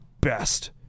best